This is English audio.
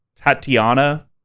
Tatiana